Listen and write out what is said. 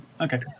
Okay